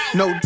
no